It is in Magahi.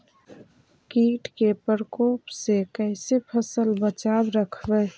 कीट के परकोप से कैसे फसल बचाब रखबय?